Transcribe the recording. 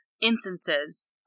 instances